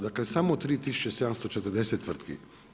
Dakle, samo 3740 tvrtki.